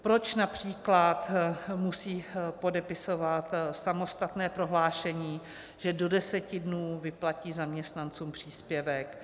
Proč například musí podepisovat samostatné prohlášení, že do deseti dnů vyplatí zaměstnancům příspěvek.